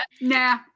Nah